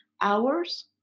hours